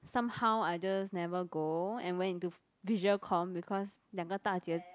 somehow I just never go and went into f~ visual comm because 两个大姐